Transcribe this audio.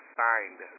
signed